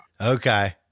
Okay